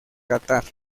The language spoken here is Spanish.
catar